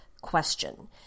question